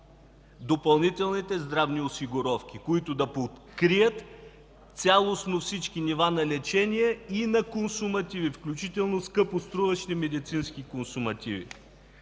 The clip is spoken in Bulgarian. допълнителните здравни осигуровки, които да покрият цялостно всички нива на лечение и на консумативи, включително скъпоструващи медицински консумативи.